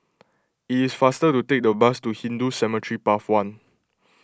it is faster to take the bus to Hindu Cemetery Path one